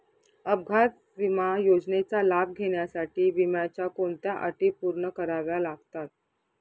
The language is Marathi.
अपघात विमा योजनेचा लाभ घेण्यासाठी विम्याच्या कोणत्या अटी पूर्ण कराव्या लागतात?